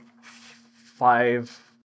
five